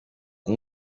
iyi